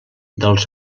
dels